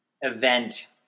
event